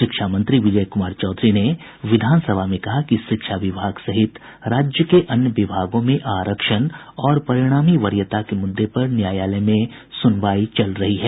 शिक्षा मंत्री विजय कुमार चौधरी ने विधान सभा में कहा कि शिक्षा विभाग सहित राज्य के अन्य विभागों में आरक्षण और परिणामी वरीयता के मुद्दे पर न्यायालय में सुनवाई चल रही है